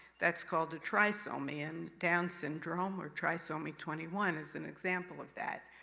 that's called a trisomy, and down syndrome, or trisomy twenty one, is an example of that.